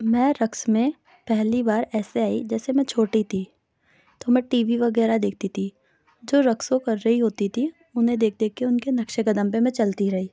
میں رقص میں پہلی بار ایسے آئی جیسے میں چھوٹی تھی تو میں ٹی وی وغیرہ دیکھتی تھی جو رقص وہ کر رہی ہوتی تھی اُنہیں دیکھ دیکھ کے اُن کے نقشے قدم پہ میں چلتی رہی